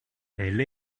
elle